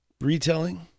retelling